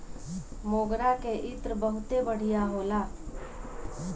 मोगरा के इत्र बहुते बढ़िया होला